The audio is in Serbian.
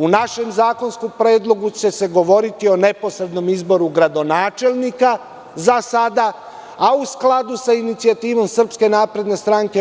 U našem zakonskom predlogu će se govoriti o neposrednom izboru gradonačelnika, za sada, a u skladu sa inicijativom SNS